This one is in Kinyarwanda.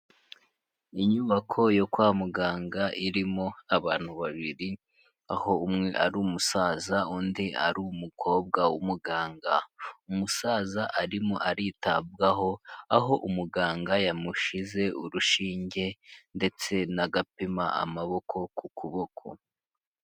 Inyubako yo kwa muganga irimo abantu babiri, aho umwe ari umusaza, undi ari umukobwa w'umuganga. Umusaza arimo aritabwaho aho umuganga yamushize urushinge ndetse n'agapima amaboko ku kuboko.